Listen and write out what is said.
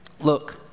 Look